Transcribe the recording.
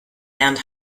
lernt